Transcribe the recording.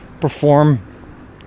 perform